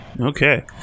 Okay